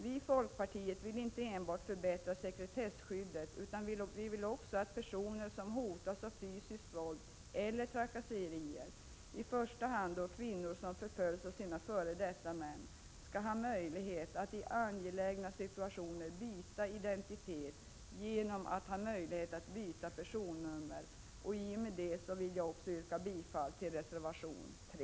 Vi i folkpartiet vill inte enbart förbättra sekretesskyddet, utan vi vill också att personer som hotas av fysiskt våld eller trakasserier, i första hand kvinnor som förföljs av sina f. d. män, skall ha möjlighet att i angelägna situationer byta identitet genom att byta personnummer. Av denna anledning vill jag även yrka bifall till reservation 3.